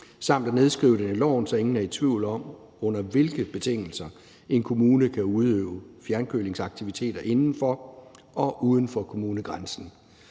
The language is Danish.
samt at nedskrive det i loven, så ingen er i tvivl om, under hvilke betingelser en kommune kan udøve fjernkølingsaktiviteter inden for og uden for kommunegrænsen.